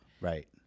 Right